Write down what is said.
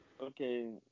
Okay